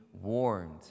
warned